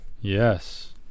Yes